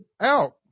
out